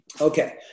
Okay